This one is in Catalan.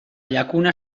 llacuna